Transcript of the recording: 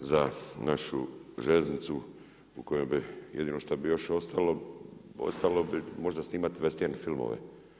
za našu željeznicu u kojoj bi jedino što bi još ostalo, ostalo bi možda snimati western filmove.